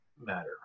matter